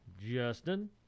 Justin